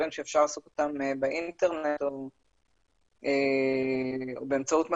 עבור דברים שאפשר לעשות אותם באינטרנט או באמצעות מכונות,